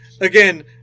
Again